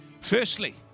Firstly